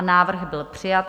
Návrh byl přijat.